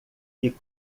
que